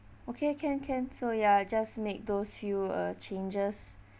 okay can can so ya just make those few uh changes